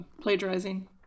plagiarizing